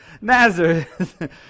Nazareth